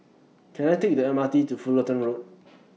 Can I Take The M R T to Fullerton Road